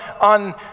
on